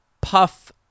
puff